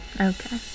okay